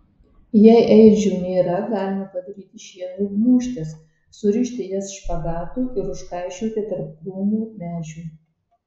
jei ėdžių nėra galima padaryti šieno gniūžtes surišti jas špagatu ir užkaišioti tarp krūmų medžių